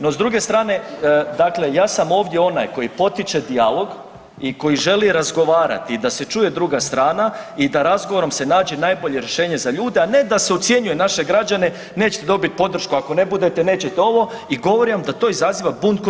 No, s druge strane dakle ja sam ovdje onaj koji potiče dijalog i koji želi razgovarati da se čuje druga strana i da razgovorom se nađe najbolje rješenje za ljude, a ne da se ucjenjuje naše građane nećete dobiti podršku ako ne budete, nećete ovo i govorim vam da to izaziva bunt kod ljudi.